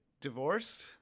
divorced